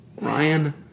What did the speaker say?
Ryan